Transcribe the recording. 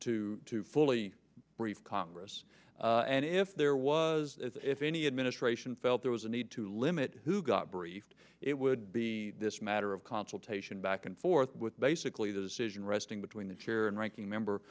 to fully briefed congress and if there was if any administration felt there was a need to limit who got briefed it would be this matter of consultation back and forth with basically the decision resting between the fair and ranking member